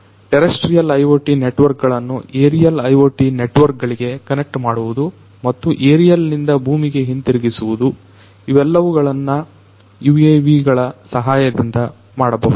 ಆದ್ದರಿಂದ terrestrial IoT network ಗಳನ್ನ aerial IoT network ಗಳಿಗೆ ಕನೆಕ್ಟ್ ಮಾಡುವುದು ಮತ್ತು ಏರಿಯಲ್ ನಿಂದ ಭೂಮಿಗೆ ಹಿಂದಿರುಗಿಸುವುದು ಇವೆಲ್ಲವನ್ನು UAVಗಳ ಸಹಾಯದಿಂದ ಮಾಡಬಹುದು